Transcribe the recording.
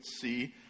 see